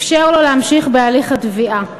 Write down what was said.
אפשר לו להמשיך בהליך התביעה.